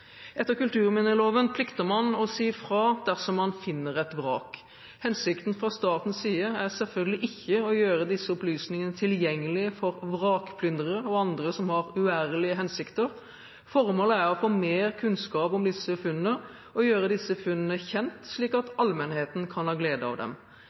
Etter kulturminneloven plikter man å si fra dersom man finner et vrak. Hensikten fra statens side er selvfølgelig ikke å gjøre disse opplysningene tilgjengelig for vrakplyndrere og andre som har uærlige hensikter. Formålet er å få mer kunnskap om disse funnene og gjøre disse funnene kjent, slik at allmennheten kan ha glede av dem.